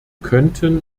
könnten